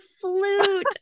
flute